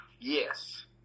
Yes